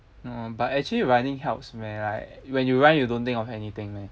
no but actually running helps when like when you run you don't think of anything meh